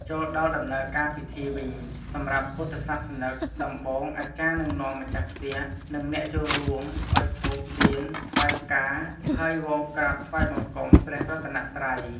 ចូលដល់ដំណើរការពិធីវិញ សម្រាប់ពុទ្ធសាសនិក ដំបូងអាចារ្យនឹងនាំម្ចាស់ផ្ទះ និងអ្នកចូលរួម អុជធូប ទៀន ថ្វាយផ្កា ហើយ វក្រាបថ្វាយបង្គំ ព្រះរតនត្រ័យ។